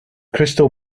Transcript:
crystal